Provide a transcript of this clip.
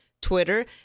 twitter